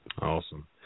Awesome